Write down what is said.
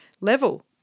level